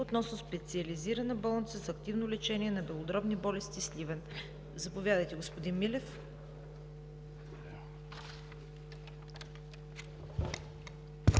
относно Специализирана болница за активно лечение на белодробни болести – Сливен. Заповядайте, господин Милев.